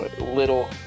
little